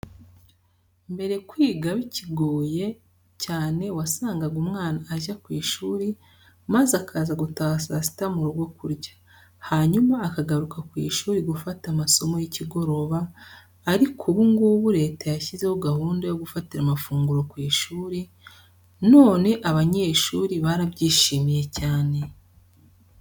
Mbere kwiga bikigoye cyane, wasangaga umwana ajya ku ishuri maze akaza gutaha saa sita mu rugo kurya, hanyuma akagaruka ku ishuri gufata amasomo y'ikigoroba ariko ubu ngubu Leta yashyizeho gahunda yo gufatira amafunguro ku ishuri, none abanyeshuri barabyishimiye cyane.